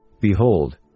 Behold